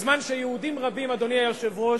בזמן שיהודים רבים, אדוני היושב-ראש,